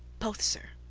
both, sir,